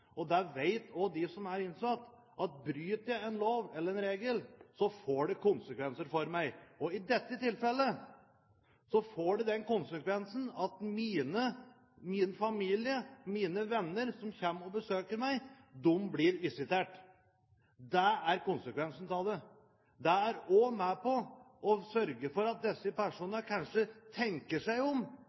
de som er innsatt, at hvis jeg bryter en lov eller en regel, så får det konsekvenser for meg, og i dette tilfellet får det den konsekvensen at min familie, mine venner som kommer og besøker meg, blir visitert. Det er konsekvensen av det. Det er også med på å sørge for at de innsatte kanskje tenker seg om